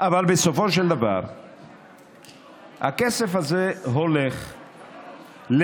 אבל בסופו של דבר הכסף הזה הולך לצבא,